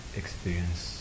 experience